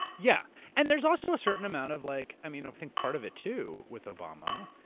yeah. and there's also a certain amount of like. i mean, i think part of it too with obama,